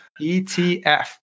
ETF